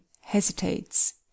hesitates